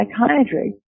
psychiatry